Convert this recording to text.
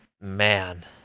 man